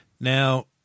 Now